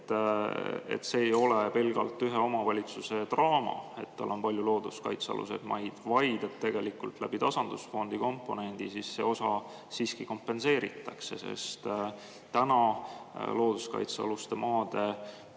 et see ei ole pelgalt ühe omavalitsuse draama, et tal on palju looduskaitsealuseid maid, vaid et tegelikult läbi tasandusfondi komponendi see osa siiski kompenseeritakse? Praegu looduskaitsealuste maade